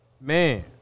man